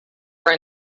were